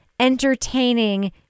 entertaining